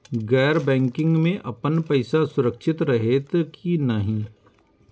गैर बैकिंग में अपन पैसा सुरक्षित रहैत कि नहिं?